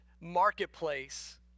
marketplace